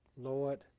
Lord